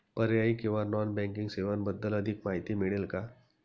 पर्यायी किंवा non banking सेवांबद्दल अधिक माहिती मिळेल का?